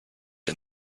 and